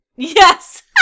Yes